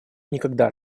никогда